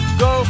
go